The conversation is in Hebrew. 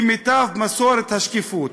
כמיטב מסורת השקיפות.